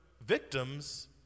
victims